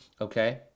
Okay